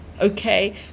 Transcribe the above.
okay